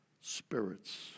spirits